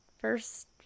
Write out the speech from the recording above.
first